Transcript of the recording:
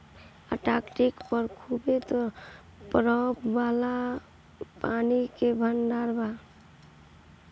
Antarctic पर खूबे बरफ वाला पानी के भंडार बा